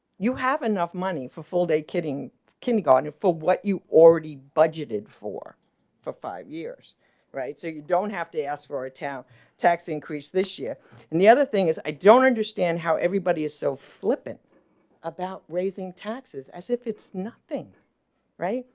you have enough money for full day kidding kindergarten full. what you already budgeted for for five years right so you don't have to ask for a town tax increase this year and the other thing is, i don't understand how everybody is so flipping about raising taxes as if it's nothing right.